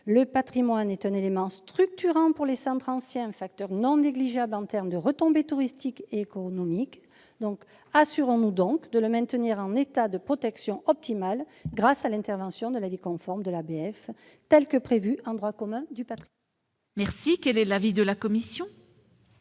Le patrimoine est un élément structurant pour les centres anciens et un facteur non négligeable de retombées touristiques et économiques. Assurons-nous donc de le maintenir en état de protection optimale grâce à l'avis conforme de l'ABF, tel qu'il est prévu dans le droit commun du patrimoine. Quel est l'avis de la commission ?